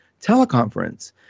teleconference